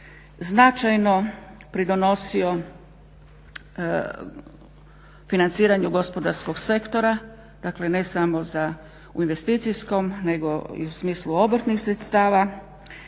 značajno pridonosio financiranju gospodarskog sektora, dakle ne samo u investicijskom nego i u smislu obrtnih sredstava.